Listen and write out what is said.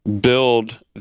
build